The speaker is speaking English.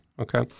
Okay